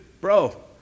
bro